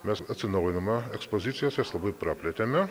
mes atsinaujinome ekspozicijas jas labai praplėtėme